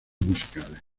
musicales